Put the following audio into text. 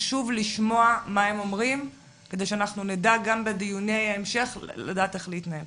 חשוב לשמוע מה הם אומרים כדי שאנחנו נדע גם בדיוני ההמשך איך להתנהל.